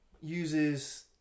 uses